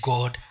God